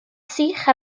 sych